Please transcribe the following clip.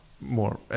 more